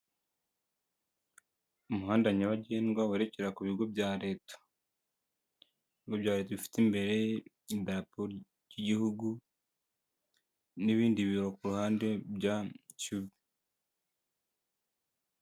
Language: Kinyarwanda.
Umuhanda nyabagendwa werekera ku bigo bya leta, ibigo bya leta bifite imbere idarapo ry'igihugu n'ibindi biro ku ruhande bya CHUB.